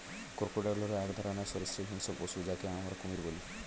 crocodile হল এক রকমের সরীসৃপ হিংস্র পশু যাকে আমরা কুমির বলি